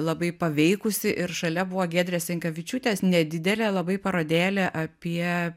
labai paveikusi ir šalia buvo giedrės jankevičiūtės nedidelė labai parodėlė apie